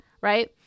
right